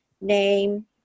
name